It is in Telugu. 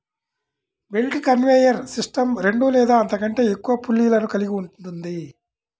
బెల్ట్ కన్వేయర్ సిస్టమ్ రెండు లేదా అంతకంటే ఎక్కువ పుల్లీలను కలిగి ఉంటుంది